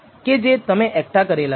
કે જે તમે એકઠા કરેલ છે